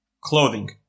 clothing